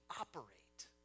operate